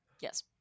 Yes